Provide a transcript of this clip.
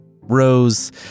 rose